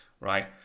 right